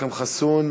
אכרם חסון,